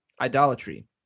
idolatry